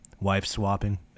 wife-swapping